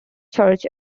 church